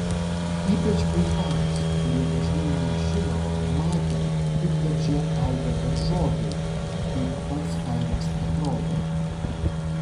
ypač vaikams kurie dažnai nežino nematę kaip darže auga daržovė kaip pats kaimas atrodo